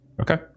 Okay